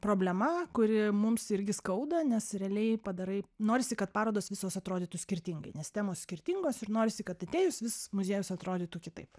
problema kuri mums irgi skauda nes realiai padarai norisi kad parodos visos atrodytų skirtingai nes temos skirtingos ir norisi kad atėjus vis muziejus atrodytų kitaip